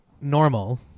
normal